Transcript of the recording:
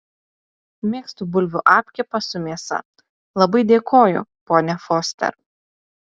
mėgstu bulvių apkepą su mėsa labai dėkoju ponia foster